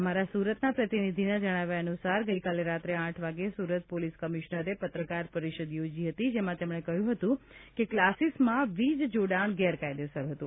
અમારા સુરતના પ્રતિનિધિના જણાવ્યા અનુસાર ગઇકાલે રાત્રે આઠ વાગે સુરત પોલીસ કમિશનરે પત્રકાર પરિષદ યોજી હતી જેમાં તેમણે કહ્યું હતું કે કલાસીસમાં વીજ જોડાણ ગેરકાયદેસર હતું